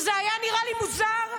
זה היה נראה לי מוזר,